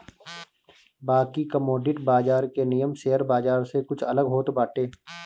बाकी कमोडिटी बाजार के नियम शेयर बाजार से कुछ अलग होत बाटे